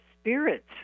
spirits